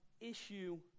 issue